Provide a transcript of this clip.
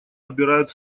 обирают